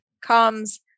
comes